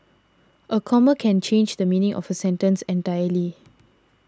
a comma can change the meaning of a sentence entirely